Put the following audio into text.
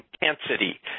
intensity